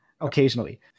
occasionally